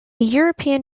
european